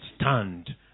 stand